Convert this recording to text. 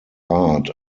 art